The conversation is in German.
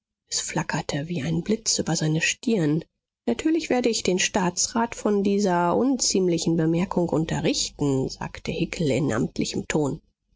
es flackerte wie ein blitz über seine stirn natürlich werde ich den staatsrat von dieser unziemlichen bemerkung unterrichten sagte hickel in amtlichem ton